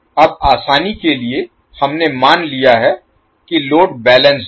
अब आसानी के लिए हमने मान लिया है कि लोड बैलेंस्ड है